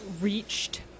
reached